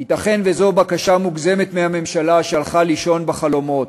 ייתכן שזו בקשה מוגזמת מהממשלה שהלכה לישון בחלומות